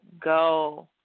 go